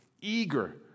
Eager